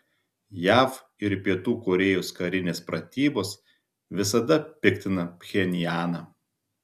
jav ir pietų korėjos karinės pratybos visada piktina pchenjaną